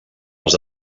els